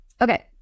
Okay